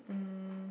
um